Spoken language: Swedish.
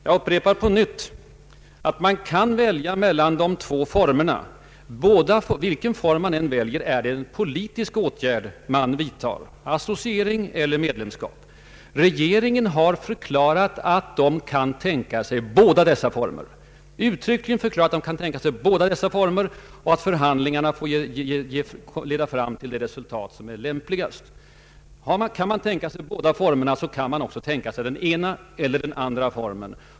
Jag upprepar på nytt att man kan välja mellan de två formerna för anslutning. Vilken form man än väljer — associering eller medlemskap — är det en politisk åtgärd som vidtas. Regeringen har uttryckligen förklarat att den kan tänka sig båda dessa former och att förhandlingarna får leda fram till det resultat som är lämpligast. Kan man tänka sig båda formerna kan man också tänka sig den ena eller den andra formen.